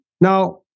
now